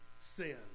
sin